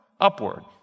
upward